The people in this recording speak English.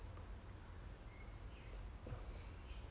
they they they mock a seven eight seven 的